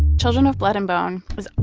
children of blood and bone was,